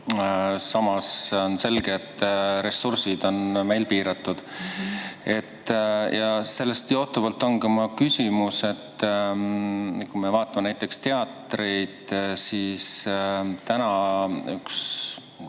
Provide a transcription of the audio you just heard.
Samas on selge, et ressursid on meil piiratud. Sellest johtuvalt ongi mul küsimus. Kui me vaatame näiteks teatreid, siis Eesti